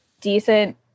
decent